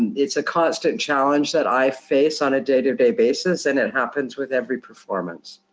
and it's a constant challenge that i face on a day-to-day basis and it happens with every performance.